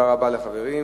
תודה רבה לחברים,